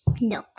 No